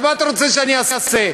מה אתה רוצה שאני אעשה?